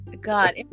God